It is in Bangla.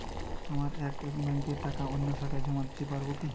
আমার এক ব্যাঙ্কের টাকা অন্য শাখায় জমা দিতে পারব কি?